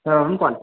sir Arun Pal